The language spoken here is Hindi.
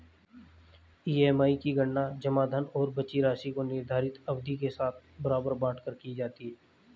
ई.एम.आई की गणना जमा धन और बची राशि को निर्धारित अवधि के साथ बराबर बाँट कर की जाती है